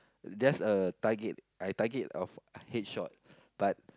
just a target I target of headshot but